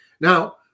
Now